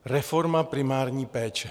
Reforma primární péče.